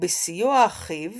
ובסיוע אחיו